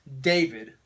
David